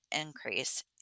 increase